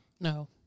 No